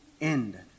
end